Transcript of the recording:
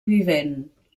vivent